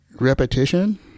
Repetition